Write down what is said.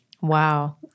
Wow